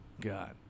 God